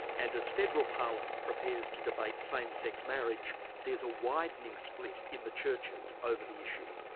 and as federal parliament prepares to debate same-sex marriage there's a widening split in the churches over the issue.